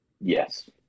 Yes